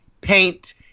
paint